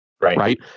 right